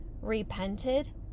repented